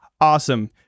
awesome